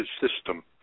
system